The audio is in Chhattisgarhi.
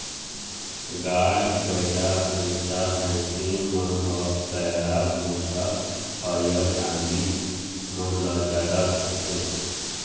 गाय, बइला, भइसा, भइसी मन ह पैरा, भूसा, हरियर कांदी मन ल जादा खाथे